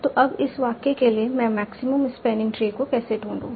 तो अब इस वाक्य के लिए मैं मैक्सिमम स्पैनिंग ट्री को कैसे ढूँढूं